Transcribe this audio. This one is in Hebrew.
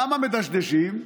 למה מדשדשים?